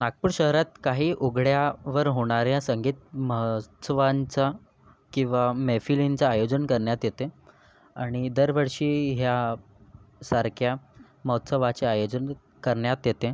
नागपूर शहरात काही उघड्यावर होणाऱ्या संगीत महोत्सवांचा किंवा मैफिलींचा आयोजन करण्यात येते आणि दरवर्षी ह्या सारख्या महोत्सवाचे आयोजन करण्यात येते